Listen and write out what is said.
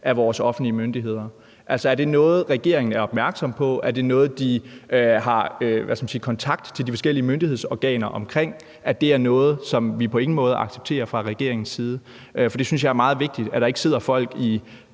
af vores offentlige myndigheder? Det er det, jeg er nysgerrig på. Er det noget, regeringen er opmærksom på? Er det noget, de har kontakt til de forskellige myndighedsorganer om, altså at det er noget, som vi på ingen måde accepterer fra regeringens side? For jeg synes, at det er meget vigtigt, at der ikke sidder folk i